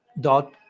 dot